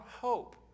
hope